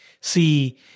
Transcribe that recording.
see